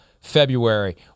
February